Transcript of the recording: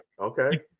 okay